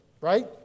right